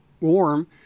warm